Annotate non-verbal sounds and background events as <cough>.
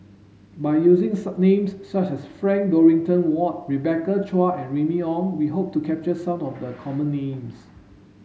by using <unintelligible> names such as Frank Dorrington Ward Rebecca Chua and Remy Ong we hope to capture some of the common names